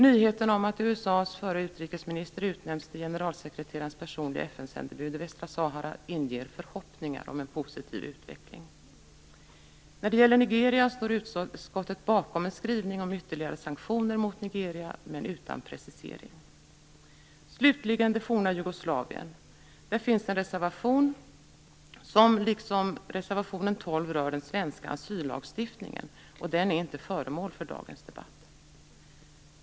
Nyheten om att USA:s förre utrikesminister har utnämnts till generalsekreterarens personliga FN-sändebud i Västra Sahara inger förhoppningar om en positiv utveckling. När det gäller Nigeria står utskottet bakom en skrivning om ytterligare sanktioner mot Nigeria men utan precisering. Slutligen skall jag ta upp det forna Jugoslavien. Det finns en reservation som, liksom reservation 12, rör den svenska asyllagstiftningen, och den är inte föremål för dagens debatt.